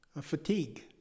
fatigue